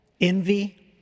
envy